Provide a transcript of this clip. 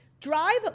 Drive